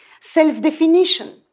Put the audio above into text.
self-definition